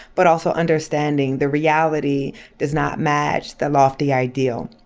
but also understanding the reality does not match the lofty ideal,